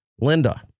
Linda